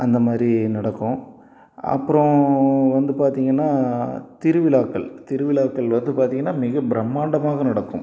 அந்த மாதிரி நடக்கும் அப்புறோம் வந்து பார்த்தீங்கன்னா திருவிழாக்கள் திருவிழாக்கள் வந்து பார்த்தீங்கன்னா மிக பிரம்மாண்டமாக நடக்கும்